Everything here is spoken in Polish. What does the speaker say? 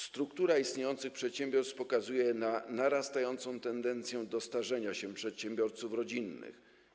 Struktura istniejących przedsiębiorstw pokazuje narastającą tendencję do starzenia się przedsiębiorców rodzinnych.